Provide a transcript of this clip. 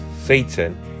Satan